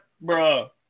bro